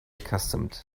accustomed